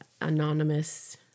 anonymous